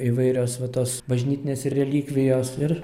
įvairios va tos bažnytinės relikvijos ir